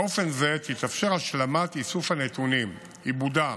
באופן זה תתאפשר השלמת איסוף הנתונים, עיבודם,